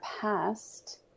past